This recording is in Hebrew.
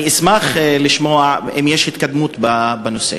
אני אשמח לשמוע אם יש התקדמות בנושא.